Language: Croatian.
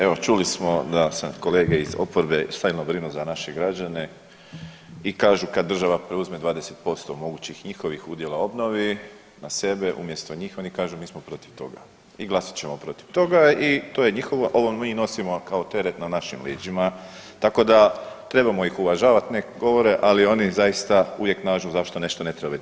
Evo, čuli smo da se kolege iz oporbe stvarno brinu za naše građane i kažu kad država preuzme 20% mogućih njihovih udjela u obnovi na sebe, umjesto njih, oni kažu mi smo protiv toga i glasat ćemo protiv toga i to je njihove, ovo mi nosimo kao teret na našim leđima, tako da trebamo ih uvažavati, nek govore, ali oni zaista uvijek nađu zašto nešto ne treba biti.